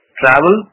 travel